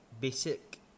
basic